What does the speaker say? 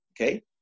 okay